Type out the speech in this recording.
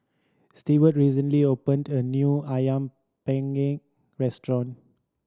Steward recently opened a new Ayam Panggang restaurant